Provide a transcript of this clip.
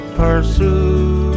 pursue